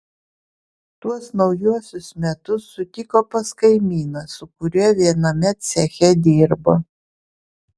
tuos naujuosius metus sutiko pas kaimyną su kuriuo viename ceche dirbo